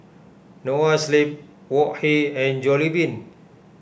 Noa Sleep Wok Hey and Jollibean